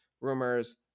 rumors